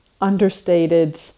understated